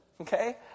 okay